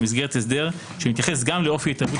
במסגרת הסדר המתייחס גם לאופי ההתערבות